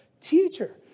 teacher